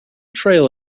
trail